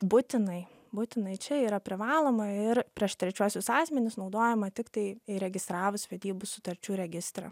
būtinai būtinai čia yra privaloma ir prieš trečiuosius asmenis naudojama tiktai įregistravus vedybų sutarčių registre